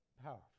powerful